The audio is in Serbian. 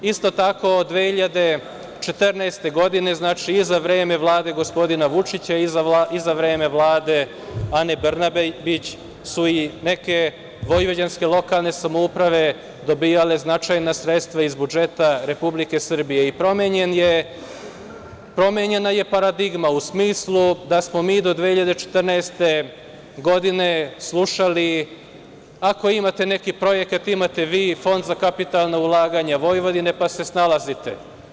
Isto tako, od 2014. godine, znači, i za vreme Vlade gospodina Vučića i za vreme Vlade Ane Brnabić su i neke vojvođanske lokalne samouprave dobijale značajna sredstva iz budžeta Republike Srbije i promenjena je paradigma u smislu da smo mi do 2014. godine slušali – ako imate neki projekat, imate vi Fond za kapitalna ulaganja Vojvodine, pa se snalazite.